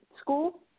school